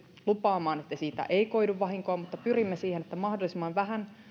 lupaamaan että siitä ei koidu vahinkoa mutta pyrimme siihen että mahdollisimman vähän